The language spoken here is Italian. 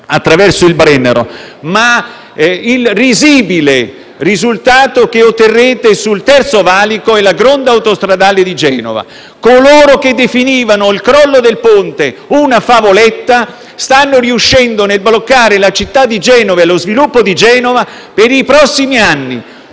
attraverso il Brennero, ma sul risibile risultato che otterrete per quanto riguarda il Terzo valico e la Gronda autostradale di Genova. Coloro che definivano il crollo del ponte una favoletta stanno riuscendo nel bloccare la città di Genova e il suo sviluppo per i prossimi anni.